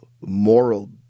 moral